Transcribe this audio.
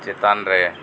ᱪᱮᱛᱟᱱ ᱨᱮ